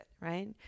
right